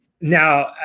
Now